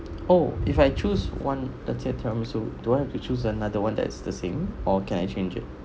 oh if I choose one let say tiramisu do I have to choose another one that is the same or can I change it